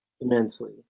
immensely